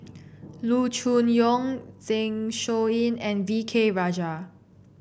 Loo Choon Yong Zeng Shouyin and V K Rajah